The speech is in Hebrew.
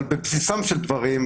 בבסיסם של דברים,